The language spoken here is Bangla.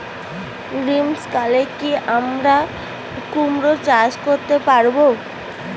গ্রীষ্ম কালে কি আমরা কুমরো চাষ করতে পারবো?